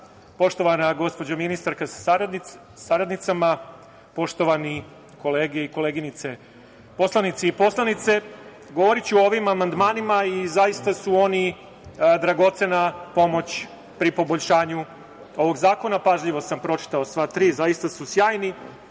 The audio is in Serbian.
poštovana gospođo ministarka sa saradnicama, poštovane koleginice i kolege, poslanici i poslanice, govoriću o ovim amandmanima i zaista su oni dragocena pomoć pri poboljšanju ovog zakona. Pažljivo sam pročitao sva tri, zaista su sjajni